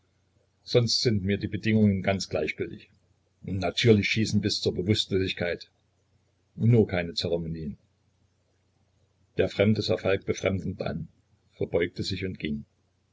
sonst sind mir die bedingungen ganz gleichgültig natürlich schießen bis zur bewußtlosigkeit nur keine zeremonien der fremde sah falk befremdend an verbeugte sich und ging